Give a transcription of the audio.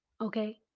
Okay